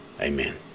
Amen